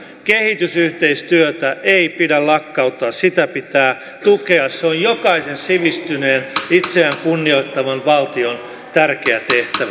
kehitysyhteistyötä ei pidä lakkauttaa sitä pitää tukea se on jokaisen sivistyneen itseään kunnioittavan valtion tärkeä